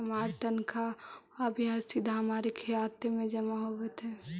हमार तनख्वा भी सीधा हमारे खाते में जमा होवअ हई